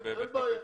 אין בעיה.